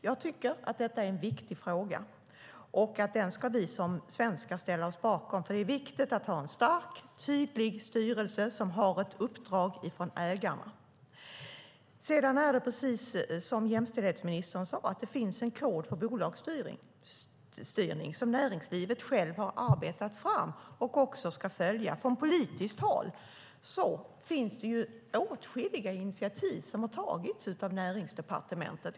Jag tycker att detta är en viktig fråga som vi som svenskar ska ställa oss bakom, för det är viktigt att ha en stark och tydlig styrelse som har ett uppdrag från ägarna. Som jämställdhetsministern sade finns det en kod för bolagsstyrning som näringslivet självt har arbetat fram och också ska följa. Från politiskt håll har åtskilliga initiativ tagits av Näringsdepartementet.